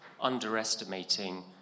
underestimating